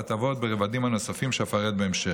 בהטבות ברבדים הנוספים שאפרט בהמשך.